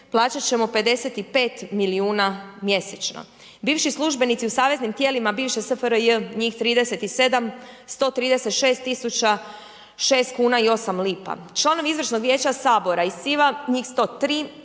plaćat ćemo 55 milijuna mjesečno. Bivši službenici u saveznim tijelima bivše SFRJ, njih 37, 136 006 i 8 lipa, članovi izvršnog vijeća Sabora .../Govornik se ne